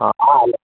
ആ